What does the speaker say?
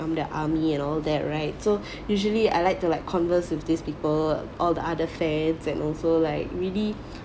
I'm the army and all that right so usually I like to like converse with these people all the other fans and also like really